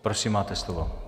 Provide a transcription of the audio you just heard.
Prosím, máte slovo.